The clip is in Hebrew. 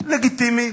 לגיטימי.